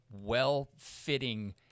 well-fitting